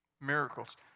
Miracles